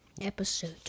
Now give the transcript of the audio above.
episode